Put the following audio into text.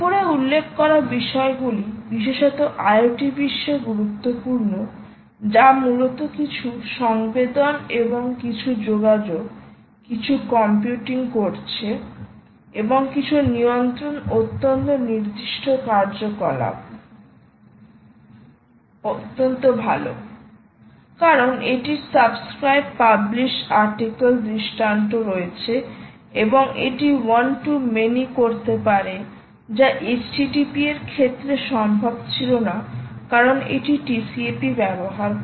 উপরে উল্লেখ করা বিষয়গুলি বিশেষত IoT বিশ্বে গুরুত্বপূর্ণ যা মূলত কিছু সংবেদন এবং কিছু যোগাযোগ কিছু কম্পিউটিং করছে এবং কিছু নিয়ন্ত্রণ অত্যন্ত নির্দিষ্ট কার্যকলাপ অত্যন্ত ভাল কারণ এটির সাবস্ক্রাইব পাবলিশ আর্টিকেল দৃষ্টান্ত রয়েছে এবং এটি ওয়ান টু মেনি করতে পারে যা http এর ক্ষেত্রে সম্ভব ছিল না কারণ এটি TCP ব্যবহার করে